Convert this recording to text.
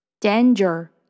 danger